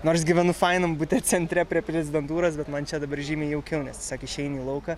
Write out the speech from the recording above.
nors gyvenu fainam bute centre prie prezidentūros bet man čia dabar žymiai jaukiau nes tiesiog išeini į lauką